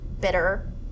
bitter